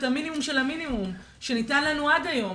המינימום של המינימום שניתן לנו עד היום,